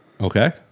Okay